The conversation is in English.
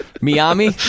Miami